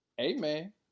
amen